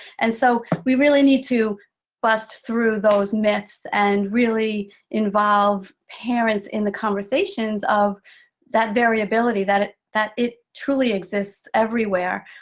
and so we really need to bust through those myths, and really involve parents in the conversations of that variability, that it that it truly exists everywhere.